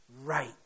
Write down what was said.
right